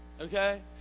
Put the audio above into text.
Okay